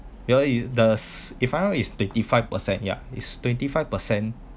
ya it does if I want is thirty five percent yeah it's twenty five percent